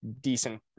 decent